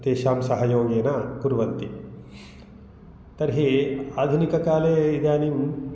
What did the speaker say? तेषां सहयोगेन कुर्वन्ति तर्हि अधुनिककाले इदानीं